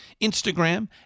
Instagram